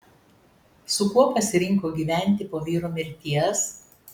su kuo pasirinko gyventi po vyro mirties